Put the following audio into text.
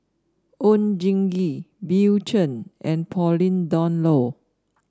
Oon Jin Gee Bill Chen and Pauline Dawn Loh